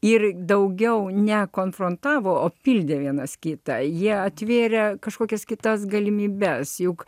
ir daugiau nekonfrontavo o pildė vienas kitą jie atvėrė kažkokias kitas galimybes juk